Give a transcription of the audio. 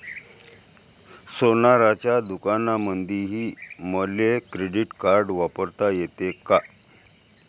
सोनाराच्या दुकानामंधीही मले क्रेडिट कार्ड वापरता येते का?